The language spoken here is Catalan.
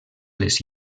les